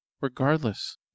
Regardless